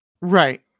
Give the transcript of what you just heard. Right